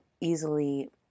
easily